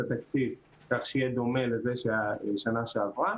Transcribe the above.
התקציב כך שיהיה דומה לזה של שנה שעברה.